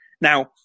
Now